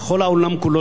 בכל העולם כולו,